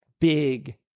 big